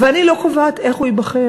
ואני לא קובעת איך הוא ייבחר,